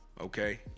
okay